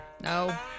No